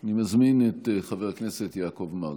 אני מזמין את חבר הכנסת יעקב מרגי.